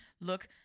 look